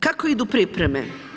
Kako idu pripreme?